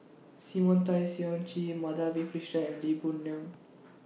Simon Tay Seong Chee Madhavi Krishnan and Lee Boon Ngan